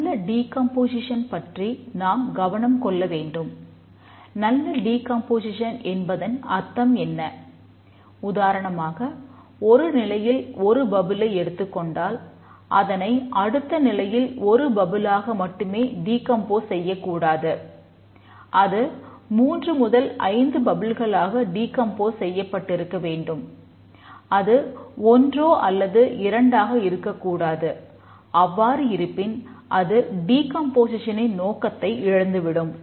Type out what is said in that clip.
நல்ல டீகம்போசிஸன் நோக்கத்தை இழந்துவிடும்